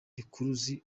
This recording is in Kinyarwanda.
rukuruzi